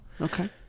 Okay